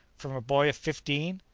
from a boy of fifteen?